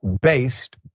based